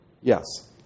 Yes